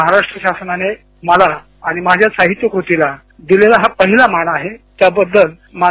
महाराष्ट्र शासनाने मला आणि माझ्या साहित्यकृतीला दिलेला हा पहिला मान आहे त्याबद्दलमा